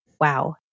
Wow